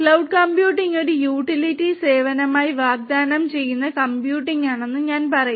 cloud computing ഒരു utility സേവനമായി വാഗ്ദാനം ചെയ്യുന്ന കമ്പ്യൂട്ടിംഗ് ആണെന്ന് ഞാൻ പറയും